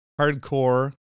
hardcore